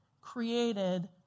created